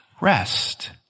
rest